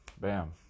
bam